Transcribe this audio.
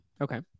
Okay